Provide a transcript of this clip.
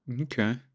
okay